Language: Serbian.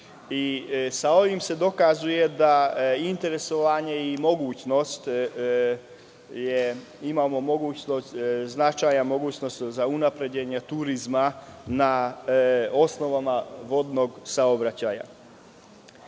Sa ovim se dokazuje da interesovanje i mogućnost, imamo značajnu mogućnost za unapređenje turizma na osnovama vodnog saobraćaja.U